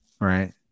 right